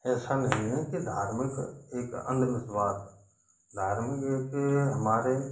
एसा नहीं है कि धार्मिक एक अंधविश्वास धार्मिक एक हमारे